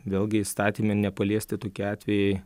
vėlgi įstatyme nepaliesti tokie atvejai